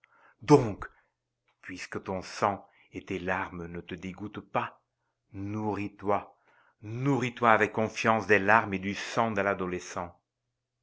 donc puisque ton sang et tes larmes ne te dégoûtent pas nourris toi nourris toi avec confiance des larmes et du sang de l'adolescent